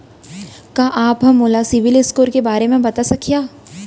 का आप हा मोला सिविल स्कोर के बारे मा बता सकिहा?